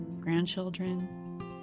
grandchildren